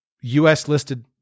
US-listed